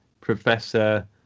Professor